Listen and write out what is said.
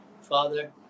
father